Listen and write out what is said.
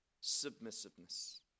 submissiveness